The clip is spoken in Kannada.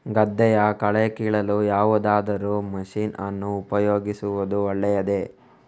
ಗದ್ದೆಯ ಕಳೆ ಕೀಳಲು ಯಾವುದಾದರೂ ಮಷೀನ್ ಅನ್ನು ಉಪಯೋಗಿಸುವುದು ಒಳ್ಳೆಯದೇ?